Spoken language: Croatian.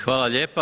Hvala lijepa.